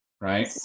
right